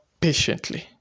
patiently